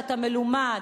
שאתה מלומד,